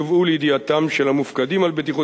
יובאו לידיעתם של המופקדים על בטיחות